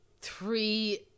three